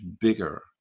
bigger